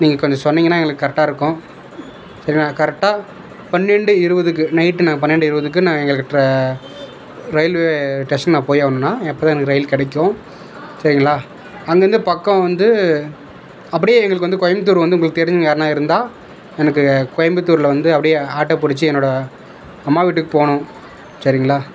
நீங்கள் கொஞ்சம் சொன்னிங்னால் எங்களுக்கு கரெட்டாயிருக்கும் சரிண்ணா கரெட்டாக பன்னென்டு இருபதுக்கு நைட்டு பன்னென்டு இருபதுக்கு நான் எங்களுக்கு ரயில்வே ஸ்டேஷனுக்கு நான் போயாகணுணா அப்போ தான் எனக்கு ரயில் கிடைக்கும் சரிங்களா அங்கிருந்து பக்கம் வந்து அப்படியே எங்களுக்கு வந்து கோயம்புத்தூர் வந்து உங்களுக்கு தெரிஞ்சவங்க யார்னால் இருந்தால் எனக்கு கோயம்புத்தூரில் வந்து அப்படியே ஆட்டோ பிடிச்சி என்னோடய அம்மா வீட்டுக்கு போகணும் சரிங்களா